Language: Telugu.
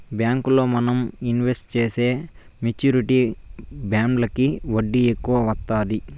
బ్యాంకుల్లో మనం ఇన్వెస్ట్ చేసే మెచ్యూరిటీ బాండ్లకి వడ్డీ ఎక్కువ వత్తాది